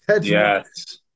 Yes